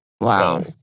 Wow